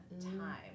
time